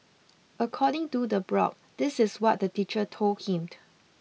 according to the blog this is what the teacher told him